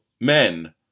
men